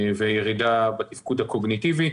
וירידה בתפקוד הקוגניטיבי.